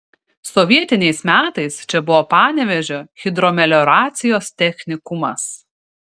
sovietiniais metais čia buvo panevėžio hidromelioracijos technikumas